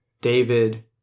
David